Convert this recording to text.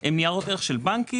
הם ניירות ערך של בנקים,